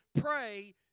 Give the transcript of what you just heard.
pray